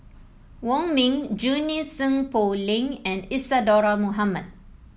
Wong Ming Junie Sng Poh Leng and Isadhora Mohamed